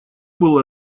был